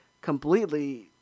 completely